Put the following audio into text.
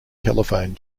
telephone